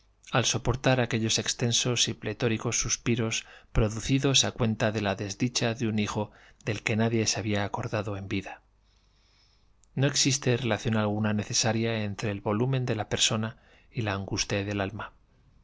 al soportar aquellos extensos y pictóricos suspiros producidos a cuenta de la desdicha de un hijo del que nadie se había acordado en vida no existe relación alguna necesaria entre el volumen de la persona y la angustia del alma